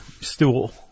Stool